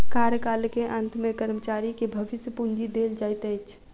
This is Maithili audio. कार्यकाल के अंत में कर्मचारी के भविष्य पूंजी देल जाइत अछि